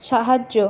সাহায্য